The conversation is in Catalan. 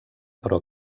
però